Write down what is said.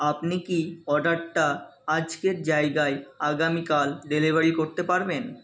আপনি কি অর্ডারটা আজকের জায়গায় আগামীকাল ডেলিভারি করতে পারবেন